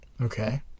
Okay